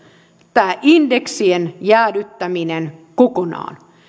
tämä indeksien jäädyttäminen kokonaan